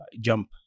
jump